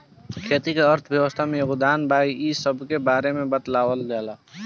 खेती के अर्थव्यवस्था में योगदान बा इ सबके बारे में बतावल जाला